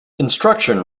instruction